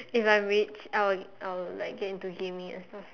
if I rich I will I will like get into gaming also